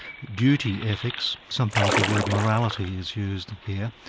duty ethics sometimes the word morality is used here.